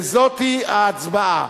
זו ההצבעה.